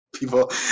people